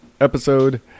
episode